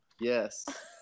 Yes